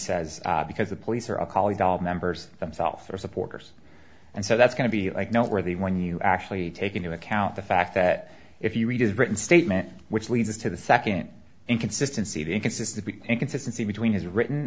says because the police are a colleague all members themself are supporters and so that's going to be like noteworthy when you actually take into account the fact that if you read his written statement which leads to the second inconsistency the inconsistent inconsistency between his written